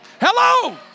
Hello